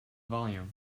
volume